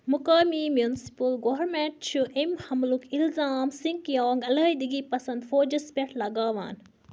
مقٲمی municipal government چھُ اَمہِ حملُک الزام سِنٛکیانٛگ علٲحدگی پسنٛد فوجَس پٮ۪ٹھ لگاوان